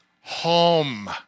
home